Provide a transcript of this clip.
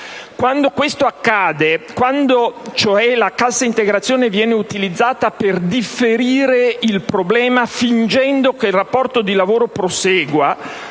Quando questo accade, quando cioè la cassa integrazione viene utilizzata per differire il problema fingendo che il rapporto di lavoro prosegua,